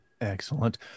Excellent